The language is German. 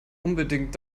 unbedingt